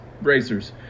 racers